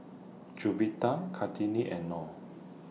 Juwita Kartini and Noh